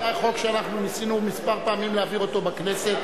היה חוק שאנחנו ניסינו כמה פעמים להעביר בכנסת,